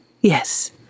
Yes